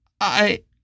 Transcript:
I